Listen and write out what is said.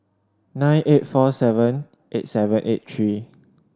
nine eight four seven eight seven eight three